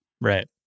Right